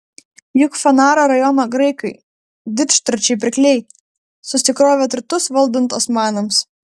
juk fanaro rajono graikai didžturčiai pirkliai susikrovė turtus valdant osmanams